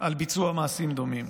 על ביצוע מעשים דומים.